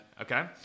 okay